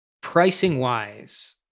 Pricing-wise